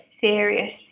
serious